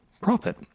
profit